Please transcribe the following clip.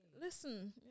Listen